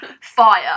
fire